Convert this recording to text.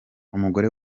umugore